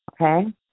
Okay